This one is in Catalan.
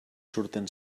surten